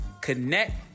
connect